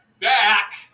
back